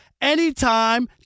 anytime